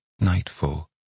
nightfall